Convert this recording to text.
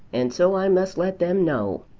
and so i must let them know.